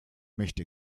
möchte